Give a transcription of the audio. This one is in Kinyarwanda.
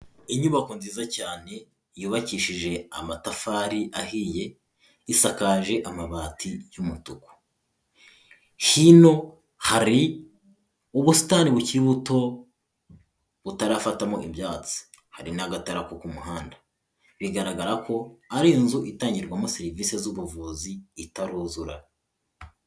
Inyubako nziza cyane yubakishije amatafari ahiye, isakaje amabati y'umutuku, hino hari ubusitani bukiri buto, butarafatamo ibyatsi, hari n'agatara ku muhanda bigaragara ko ari inzu itangirwamo serivisi z'ubuvuzi itaruzura.